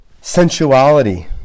sensuality